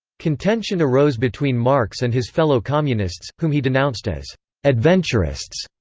contention arose between marx and his fellow communists, whom he denounced as adventurists.